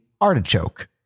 Artichoke